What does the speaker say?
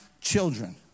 children